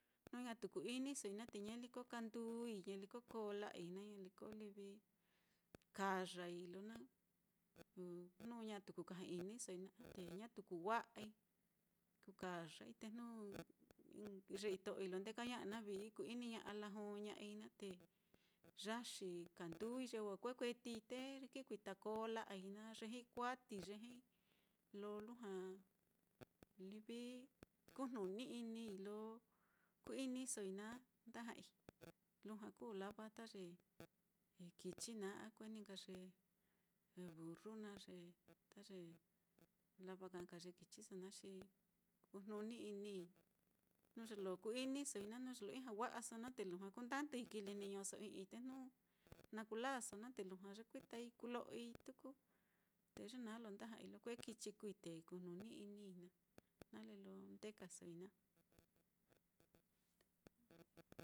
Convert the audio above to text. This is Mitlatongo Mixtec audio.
Jnu ñatu ku-inisoi naá te ñaliko kanduui, ña liko koo la'ai naá, ña liko livi kayai, lo na jnu ñatu ku kaja-inisoi naá, te ñatu kuu wa'ai, kú kayai te jnu ye ito'o lo ndeka ña'a naá, vií ku-iniña'a lajoña'ai naá, te yaxi kanduui ye wa kue kuetii te ki kuita koo la'ai naá ye uati, ye lo lujua livi kujnuni-ini lo kuu-inisoi naá nda ja'ai lujua kuu lava ta ye kichi naá a kue ní nka ye burru naá ye ta ye lava ka nka ye kichiso naá, xi kujnuni-inii jnu ye lo kuu-inisoi naá, jnu ye lo ijña wa'aso naá, te lujua kundandui kilejniñoso i'ii, te jnu na kuu lāāso naá te lujua yekuitai kuu lo'oi tuku, te ye naá lo nda ja'ai ye kue kichi kuui te kujnuni-inii nale lo ndekasoi naá.